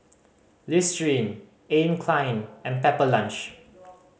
Listerine Anne Klein and Pepper Lunch